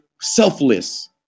selfless